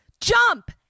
jump